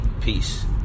Peace